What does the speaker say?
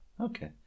Okay